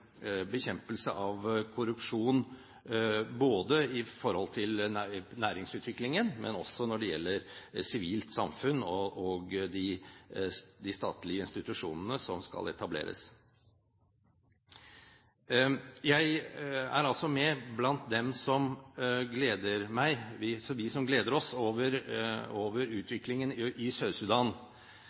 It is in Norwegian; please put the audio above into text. bekjempelse av korrupsjon, ikke bare i forhold til næringsutviklingen, men også det sivile samfunn og de statlige institusjonene som skal etableres. Jeg er altså blant dem som gleder seg over utviklingen i Sør-Sudan. En løsrivelse betyr ikke nødvendigvis at de som